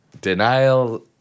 Denial